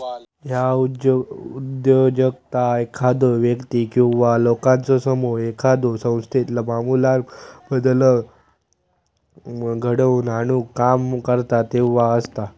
ह्या उद्योजकता एखादो व्यक्ती किंवा लोकांचो समूह एखाद्यो संस्थेत आमूलाग्र बदल घडवून आणुक काम करता तेव्हा असता